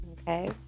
Okay